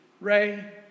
Ray